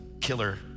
killer